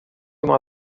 uma